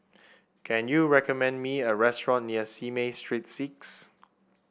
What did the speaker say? can you recommend me a restaurant near Simei Street Six